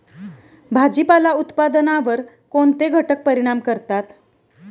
भाजीपाला उत्पादनावर कोणते घटक परिणाम करतात?